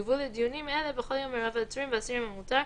יובאו לדיונים אלה בכל יום מרב העצורים והאסירים המותר,